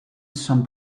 some